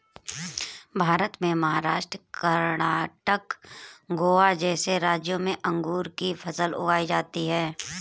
भारत में महाराष्ट्र, कर्णाटक, गोवा जैसे राज्यों में अंगूर की फसल उगाई जाती हैं